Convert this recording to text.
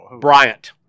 Bryant